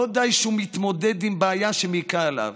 לא די שהוא מתמודד עם בעיה שמעיקה עליו,